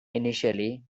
initially